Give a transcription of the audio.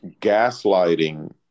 gaslighting